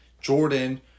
Jordan